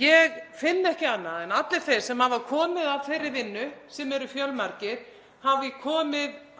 Ég finn ekki annað en að allir þeir sem hafa komið að þeirri vinnu, sem eru fjölmargir, hafi komið